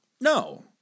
No